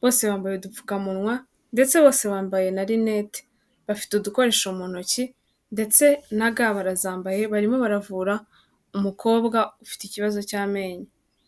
bose bambaye udupfukamunwa ndetse bose bambaye na rinete, bafite udukoresho mu ntoki ndetse na ga barazambaye barimo baravura umukobwa ufite ikibazo cy'amenyo.